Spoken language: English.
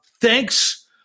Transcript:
thanks